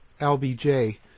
LBJ